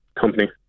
company